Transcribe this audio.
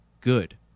good